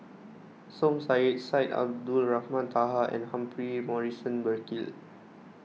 Som Said Syed Abdulrahman Taha and Humphrey Morrison Burkill